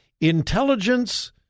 intelligence